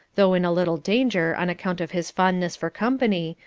though in a little danger on account of his fondness for company,